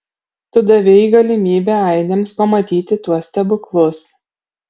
tu davei galimybę ainiams pamatyti tuos stebuklus